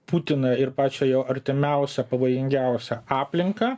putiną ir pačią jo artimiausią pavojingiausią aplinką